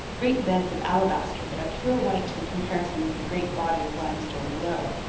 great beds of alabaster that are pure white in comparison with the great body of limestone below.